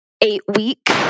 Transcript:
eight-week